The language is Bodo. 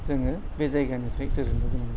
जोङो बे जायगानिफ्राय दोरोदनो गोनां जादों